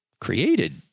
created